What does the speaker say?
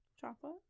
chocolate